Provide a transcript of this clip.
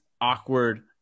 awkward –